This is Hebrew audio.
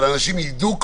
אבל אנשים יידעו קודם,